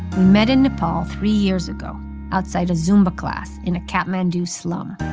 met in nepal three years ago outside a zumba class in a kathmandu slum.